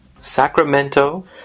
Sacramento